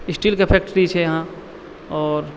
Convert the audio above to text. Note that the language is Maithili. स्टीलके फैक्ट्री छै यहाँ आओर